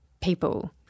people